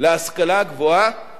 להשכלה הגבוהה